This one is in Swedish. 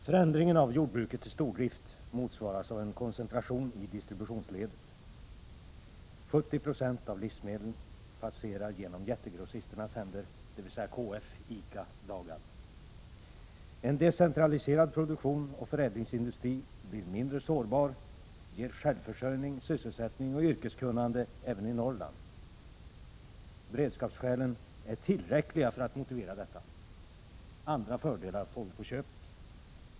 Förändringen av jordbruket till stordrift motsvaras av en koncentration i distributionsledet. 70 96 av livsmedlen passerar genom jättegrossisternas händer, dvs. KF, ICA och Dagab. En decentraliserad produktion och förädlingsindustri blir mindre sårbar, ger självförsörjning, sysselsättning och yrkeskunnande även i Norrland. Beredskapsskälen är tillräckliga för att motivera detta. Andra fördelar får vi på köpet.